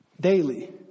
daily